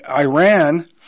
Iran